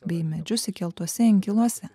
bei medžius įkeltuose inkiluose